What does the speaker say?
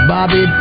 Bobby